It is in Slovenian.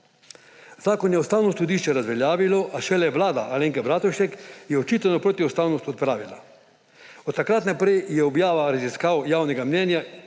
Zakon je Ustavno sodišče razveljavilo, a šele vlada Alenke Bratušek je očitano protiustavnost odpravila. Od takrat naprej je objava raziskav javnega mnenja